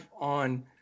on